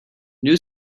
new